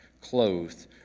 clothed